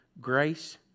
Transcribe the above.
Grace